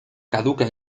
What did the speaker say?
caduca